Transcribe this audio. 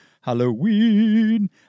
Halloween